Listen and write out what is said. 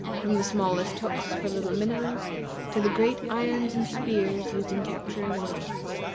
from the smallest hooks for little minnows to the great irons and spears used in capturing whales.